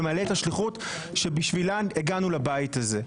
ולמלא את השליחות שבשבילה הגענו לבית הזה.